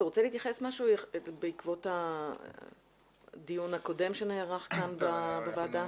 אתה רוצה להתייחס בעקבות הדיון הקודם שנערך כאן בוועדה?